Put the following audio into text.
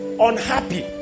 unhappy